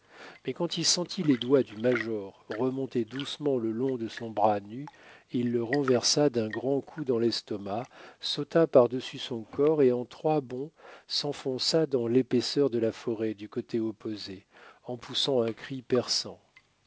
mais quand il sentit les doigts du major remonter doucement le long de son bras nu il le renversa d'un grand coup dans lestomac sauta par-dessus son corps et en trois bonds s'enfonça dans l'épaisseur de la forêt du côté opposé en poussant un cri perçant